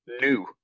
new